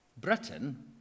Britain